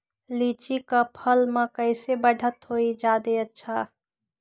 लिचि क फल म कईसे बढ़त होई जादे अच्छा?